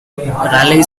raleigh